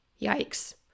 Yikes